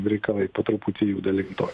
reikalai po truputį juda link to